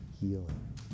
healing